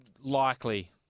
likely